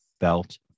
felt